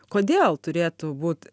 kodėl turėtų būt